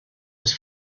was